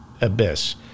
abyss